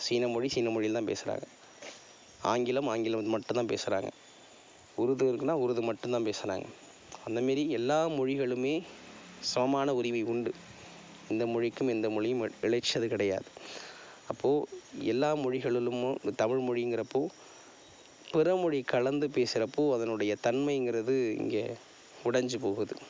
சீன மொழி சீன மொழியில் தான் பேசுகிறாங்க ஆங்கிலம் ஆங்கிலம் மட்டுந்தான் பேசுகிறாங்க உருது இருக்குனால் உருது மட்டுந்தான் பேசுனாங்க அந்தமாரி எல்லா மொழிகளுமே சமமான உரிமை உண்டு இந்த மொழிக்கும் எந்த மொழியும் இளைத்தது கிடையாது அப்போது எல்லா மொழிகளிலும் தமிழ் மொழிங்கிறப்போ பிறமொழி கலந்து பேசுகிறப்போ அதனுடைய தன்மைங்கிறது இங்கே உடஞ்சு போகுது